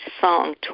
song